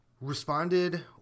responded